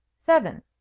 seven.